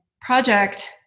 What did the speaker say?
project